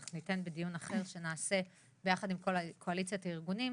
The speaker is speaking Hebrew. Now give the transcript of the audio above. אחר שנעשה ביחד עם כל קואליציית הארגונים